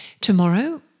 Tomorrow